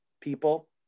people